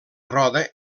roda